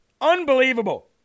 Unbelievable